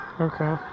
okay